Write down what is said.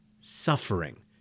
suffering